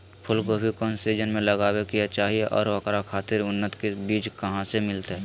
फूलगोभी कौन सीजन में लगावे के चाही और ओकरा खातिर उन्नत बिज कहा से मिलते?